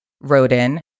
Rodin